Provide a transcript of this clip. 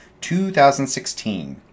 2016